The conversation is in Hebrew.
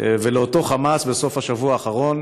ולאותו חמאס בסוף השבוע האחרון